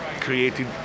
created